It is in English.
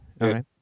Okay